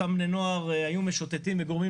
שאותם בני נוער היו משוטטים וגורמים